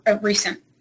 recent